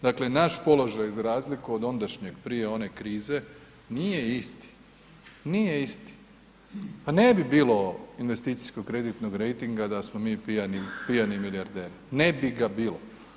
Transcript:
Dakle naš položaj za razliku od ondašnjeg, prije one krize nije isti, nije isti, pa ne bi bilo investicijskog kreditnog rejtinga da smo mi pijani milijarderi, ne bi ga bilo.